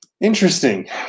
Interesting